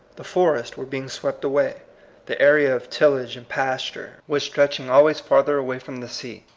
the forests were being swept away the area of tillage and pasture was stretching always farther away from the sea.